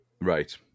Right